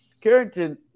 Carrington